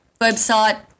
website